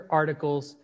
articles